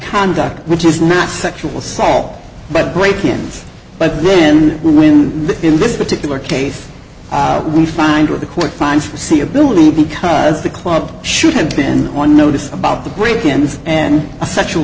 conduct which is not sexual sale but break ins but then when in this particular case we find with the court finds to see ability because the club should have been on notice about the break ins and sexual